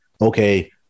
okay